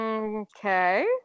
Okay